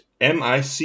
MIC